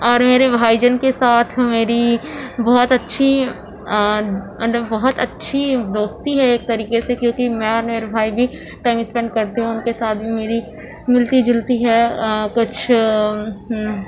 اور میرے بھائی جان کے ساتھ میری بہت اچھی مطلب بہت اچھی دوستی ہے ایک طریقے سے کیوں کہ میں اور میرے بھائی بھی ٹائم اسپینڈ کرتے ہیں ان کے ساتھ میری ملتی جلتی ہے کچھ